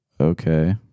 Okay